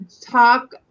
talk